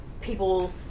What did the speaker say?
people